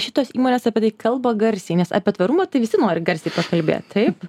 šitos įmonės apie tai kalba garsiai nes apie tvarumą tai visi nori garsiai kalbėti taip